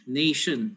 nation